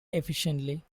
efficiently